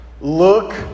look